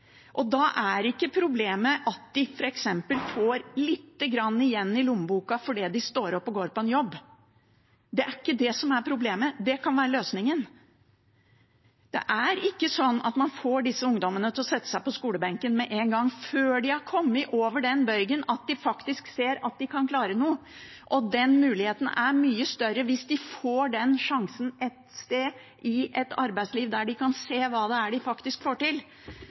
og da er ikke problemet at de f.eks. får lite grann igjen i lommeboka fordi de står opp og går på en jobb. Det er ikke det som er problemet; det kan være løsningen. Det er ikke sånn at man får disse ungdommene til å sette seg på skolebenken med en gang, før de har kommet over bøygen og faktisk ser at de kan klare noe. Den muligheten er mye større hvis de får den sjansen et sted, i arbeidslivet, der de kan se hva de faktisk får til.